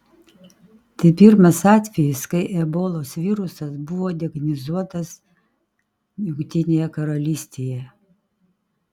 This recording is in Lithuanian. tai pirmas atvejis kai ebolos virusas buvo diagnozuotas jungtinėje karalystėje